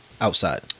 outside